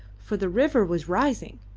for the river was rising.